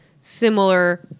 similar